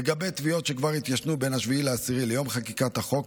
לגבי תביעות שכבר התיישנו בין 7 באוקטובר ליום חקיקת החוק,